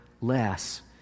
less